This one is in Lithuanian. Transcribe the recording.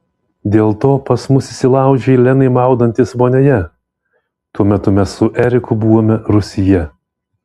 dėl to pas mus įsilaužei lenai maudantis vonioje tuo metu mes su eriku buvome rūsyje